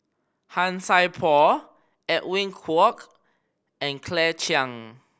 Han Sai Por Edwin Koek and Claire Chiang